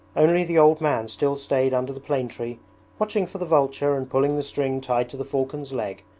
only the old man still stayed under the plane tree watching for the vulture and pulling the string tied to the falcon's leg,